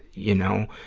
you know,